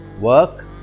work